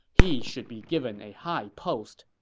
he should be given a high post.